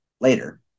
later